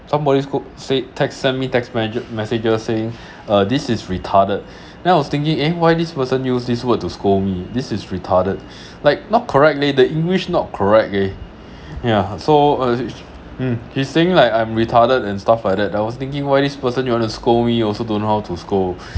somebody scold said text send me text messa~ messages saying uh this is retarded then I was thinking eh why this person use this word to scold me this is retarded like not correctly the english not correct eh yah so hmm he saying like I'm retarded and stuff like that I was thinking why this person you want to scold me also don't know how to scold